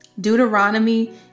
Deuteronomy